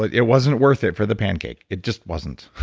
it it wasn't worth it for the pancake, it just wasn't.